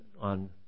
on